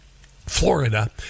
Florida